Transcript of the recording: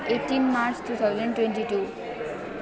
eighteen March two thousand twenty to